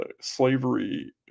slavery